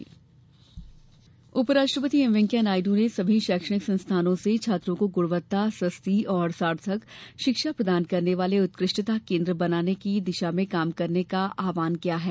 उपराष्ट्रपति उपराष्ट्रपति एम वेंकैया नायडू ने सभी शैक्षणिक संस्थानों से छात्रों को गुणवत्ता सस्ती और सार्थक शिक्षा प्रदान करने वाले उत्कृष्टता केंद्र बनने की दिशा में काम करने का आह्वान किया है